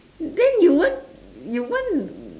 then you want you want